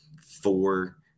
four